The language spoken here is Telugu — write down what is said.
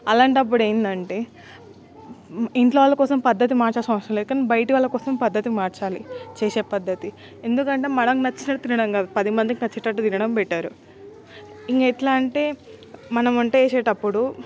అలాంటప్పుడు ఏందంటే ఇంట్లోవాళ్ళ కోసం పద్దతి మార్చాలిసిన అవసరం లేదు కాని బయటివాళ్ళ కోసం పద్దతి మార్చాలి చేసే పద్దతి ఎందుకంటే మనకు నచ్చినది తినడం కాదు పది మందికి నచ్చేటట్టు తినడం బెటరు ఇంకెట్లా అంటే మనం వంట చేసేటప్పుడు